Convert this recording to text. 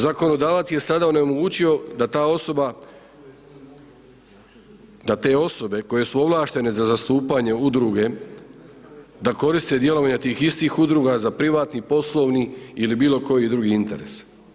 Zakonodavac je sada onemogućio da ta osoba da te osobe koje su ovlaštene za zastupanje udruge, da koriste djelovanje tih istih udruga za privatni, poslovni ili bilo koji drugi interes.